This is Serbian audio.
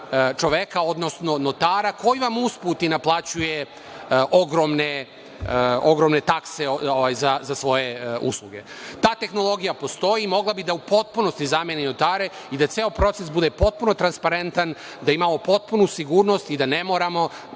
čoveka, odnosno notara koji vam usput i naplaćuje ogromne takse za svoje usluge. Ta tehnologija postoji i mogla bi u potpunosti da zameni notare i da ceo proces bude potpuno transparentan, da imamo potpunu sigurnost i da ne moramo